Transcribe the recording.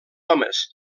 homes